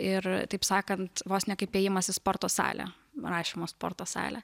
ir taip sakant vos ne kaip ėjimas į sporto salę rašymo sporto salę